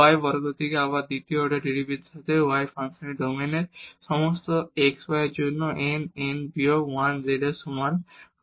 y square থেকে আবার দ্বিতীয় অর্ডার ডেরিভেটিভের সাথে y ফাংশনের ডোমেনের সমস্ত xy এর জন্য n n বিয়োগ 1 z এর সমান হবে